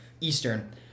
Eastern